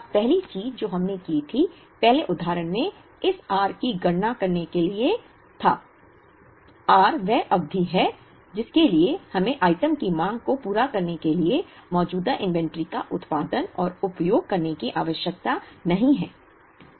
अब पहली चीज जो हमने की थी पहले उदाहरण में इस r की गणना करने के लिए था r वह अवधि है जिसके लिए हमें आइटम की मांग को पूरा करने के लिए मौजूदा इन्वेंट्री का उत्पादन और उपयोग करने की आवश्यकता नहीं है